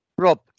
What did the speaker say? Rob